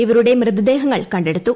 ഇവരുടെ മൃതദേഹങ്ങൾ കണ്ടെടുത്തു